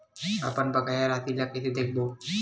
अपन बकाया राशि ला कइसे देखबो?